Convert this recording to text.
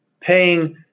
paying